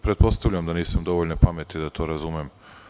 Pretpostavljam da nisam dovoljno pametan da to razumem.